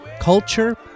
culture